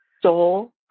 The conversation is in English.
Soul